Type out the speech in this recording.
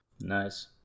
nice